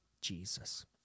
Jesus